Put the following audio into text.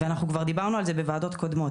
ואנחנו כבר דיברנו על זה בוועדות קודמות